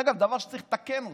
זה דבר שצריך לתקן אותו.